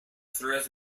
flores